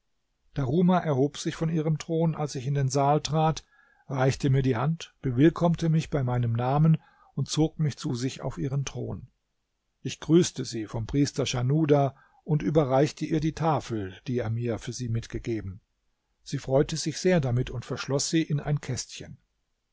daruma erhob sich von ihrem thron als ich in den saal trat reichte mir die hand bewillkommte mich bei meinem namen und zog mich zu sich auf ihren thron ich grüßte sie vom priester schanuda und überreichte ihr die tafel die er mir für sie mitgegeben sie freute sich sehr damit und verschloß sie in ein kästchen